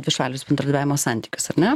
dvišalius bendradarbiavimo santykius ar ne